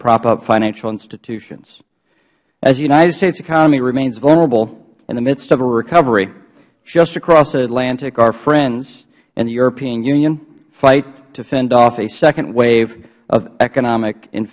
prop up financial institutions as the united states economy remains vulnerable in the midst of a recovery just across the atlantic our friends in the european union fight to fend off a second wave of economic